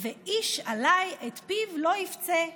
ואיש עליי את פיו לא יפצה.